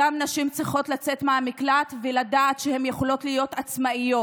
אותן נשים צריכות לצאת מהמקלט ולדעת שהן יכולות להיות עצמאיות.